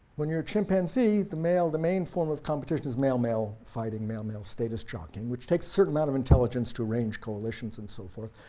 when you're a chimpanzee the male the main form of competition is male male fighting, male male status jockeying which takes a certain amount of intelligence to arrange coalitions and so forth,